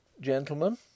Gentlemen